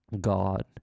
God